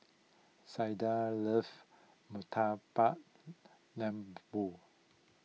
Zaiden loves Murtabak Lembu